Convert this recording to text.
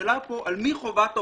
השאלה פה, על מי חובת ההוכחה.